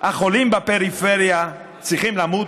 החולים בפריפריה צריכים למות?